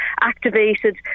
activated